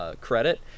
credit